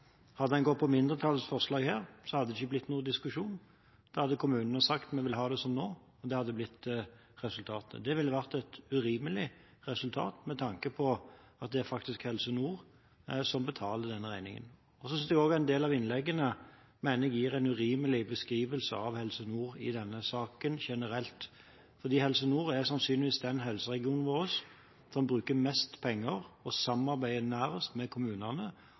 Hadde en gått for mindretallets forslag her, hadde det ikke blitt noen diskusjon, da hadde kommunene sagt: Vi vil ha det som nå. Det hadde blitt resultatet, og det ville vært et urimelig resultat med tanke på at det faktisk er Helse Nord som betaler denne regningen. Så synes jeg også at en del av innleggene gir en urimelig beskrivelse av Helse Nord i denne saken generelt, for Helse Nord er sannsynligvis den av helseregionene våre som bruker mest penger på og samarbeider nærmest med kommunene